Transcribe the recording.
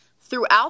throughout